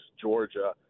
Georgia